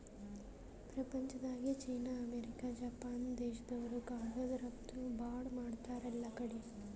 ಪ್ರಪಂಚ್ದಾಗೆ China, America, Japan ದೇಶ್ದವ್ರು ಕಾಗದ್ ರಫ್ತು ಭಾಳ್ ಮಾಡ್ತಾರ್ ಎಲ್ಲಾಕಡಿ